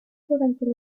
durante